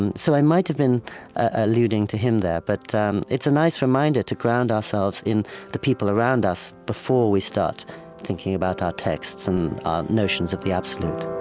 and so i might have been alluding to him there. but um it's a nice reminder to ground ourselves in the people around us before we start thinking about our texts and our notions of the absolute